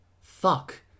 Fuck